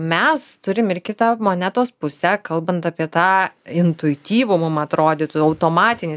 mes turim ir kitą monetos pusę kalbant apie tą intuityvų mum atrodytų automatinį